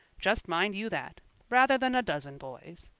just mind you that rather than a dozen boys.